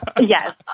yes